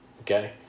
okay